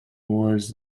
was